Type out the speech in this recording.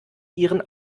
ihren